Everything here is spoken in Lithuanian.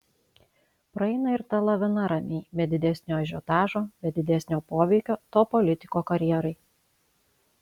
praeina ir ta lavina ramiai be didesnio ažiotažo be didesnio poveikio to politiko karjerai